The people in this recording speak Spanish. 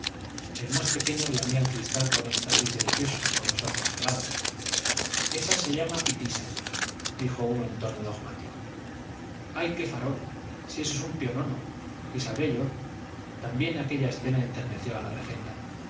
el más pequeño lamía el cristal con éxtasis delicioso con los ojos cerrados esa se llama pitisa dijo uno en tono dogmático ay qué farol si eso es un pionono si sabré yo también aquella escena enterneció a la regenta